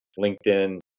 LinkedIn